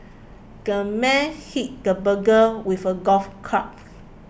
the man hit the burglar with a golf club